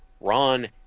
Ron